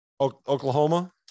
Oklahoma